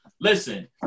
listen